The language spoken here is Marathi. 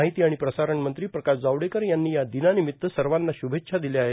माहिती आणि प्रसारण मंत्री प्रकाश जावडेकर यांनी या दिनानिमित सर्वांना श्भेच्छा दिल्या आहेत